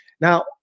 Now